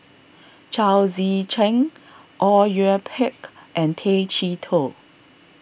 Chao Tzee Cheng Au Yue Pak and Tay Chee Toh